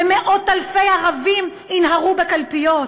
ומאות-אלפי ערבים ינהרו לקלפיות.